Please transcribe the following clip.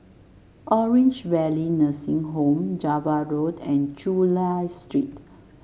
Orange Valley Nursing Home Java Road and Chulia Street